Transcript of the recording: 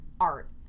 art